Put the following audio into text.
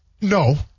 no